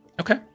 Okay